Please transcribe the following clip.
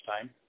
time